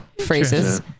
phrases